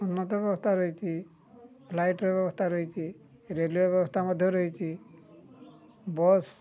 ଉନ୍ନତ ବ୍ୟବସ୍ଥା ରହିଛି ଫ୍ଲାଇଟ୍ର ବ୍ୟବସ୍ଥା ରହିଛି ରେଲୱେ ବ୍ୟବସ୍ଥା ମଧ୍ୟ ରହିଛି ବସ୍